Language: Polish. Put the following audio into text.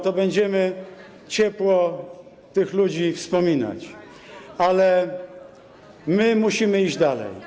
to będziemy ciepło tych ludzi wspominać, ale my musimy iść dalej”